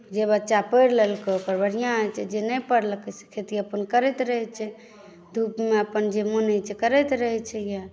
जे बच्चा पढ़ि लेलकै ओकर बढ़िआँ होइत छै जे नहि पढ़लकै से खेती अपन करैत रहै छै धूपमे अपन जे मोन होइत छै से करैत रहै छै यए